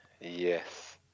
yes